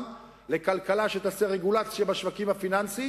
לכלכלה שתעשה רגולציה בשווקים הפיננסיים